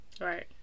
Right